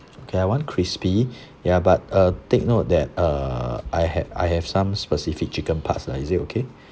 okay I want crispy ya but uh take note that uh I have I have some specific chicken parts lah is it okay